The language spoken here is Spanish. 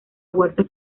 huertos